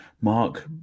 Mark